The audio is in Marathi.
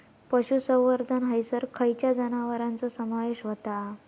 पशुसंवर्धन हैसर खैयच्या जनावरांचो समावेश व्हता?